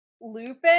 Lupin